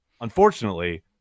Unfortunately